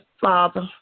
Father